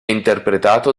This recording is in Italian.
interpretato